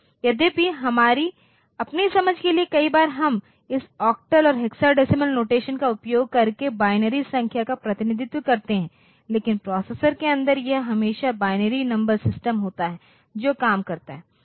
यद्यपि हमारी अपनी समझ के लिए कई बार हम इस ऑक्टल और हेक्साडेसिमल नोटेशन का उपयोग करके बाइनरी संख्या का प्रतिनिधित्व करते हैं लेकिन प्रोसेसर के अंदर यह हमेशा बाइनरी नंबर सिस्टम होता है जो काम करता है